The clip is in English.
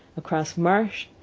across marsh,